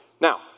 Now